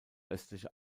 östliche